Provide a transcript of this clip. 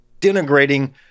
denigrating